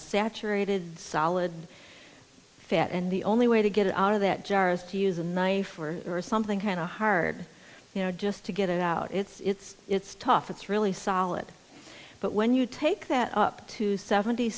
saturated solid fat and the only way to get out of that jars to use a knife or or something hanna hard you know just to get it out it's it's tough it's really solid but when you take that up to seventy